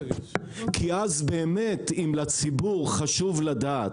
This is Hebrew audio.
כי אז באמת אם לציבור חשוב לדעת,